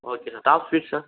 okay sir top speed sir